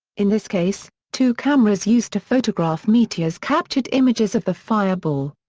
in this case, two cameras used to photograph meteors captured images of the fireball.